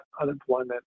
unemployment